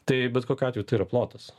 tai bet kokiu atveju tai yra plotas